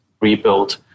rebuild